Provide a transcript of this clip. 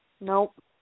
Nope